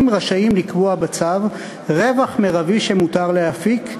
רשאים לקבוע בצו רווח מרבי שמותר להפיק,